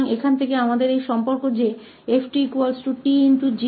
तो यहाँ से हमारे पास यह संबंध है कि 𝑓𝑡 𝑡𝑔𝑡